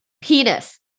penis